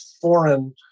foreign